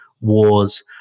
wars